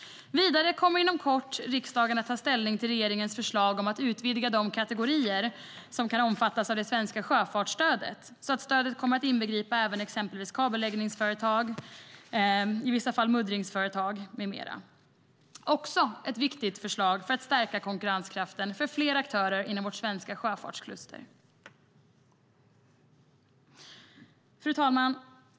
Vidare kommer riksdagen inom kort att ta ställning till regeringens förslag om att utvidga de kategorier som kan omfattas av det svenska sjöfartsstödet så att stödet kommer att inbegripa även exempelvis kabelläggningsföretag, muddringsföretag i vissa fall med mera. Det är också ett viktigt förslag för att stärka konkurrenskraften för fler aktörer inom vårt svenska sjöfartskluster. Fru talman!